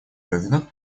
левина